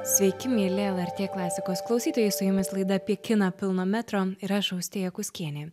sveiki mieli lrt klasikos klausytojai su jumis laida apie kiną pilno metro ir aš austėja kuskienė